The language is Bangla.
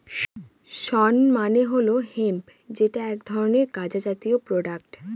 শণ মানে হল হেম্প যেটা এক ধরনের গাঁজা জাতীয় প্রোডাক্ট